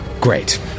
Great